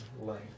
light